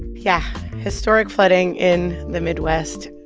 yeah, historic flooding in the midwest.